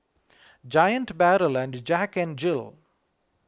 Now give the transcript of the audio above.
Giant Barrel and Jack N Jill